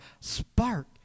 spark